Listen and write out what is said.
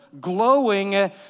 glowing